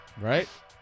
Right